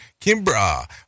Kimbra